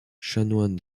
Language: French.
chanoine